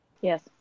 Yes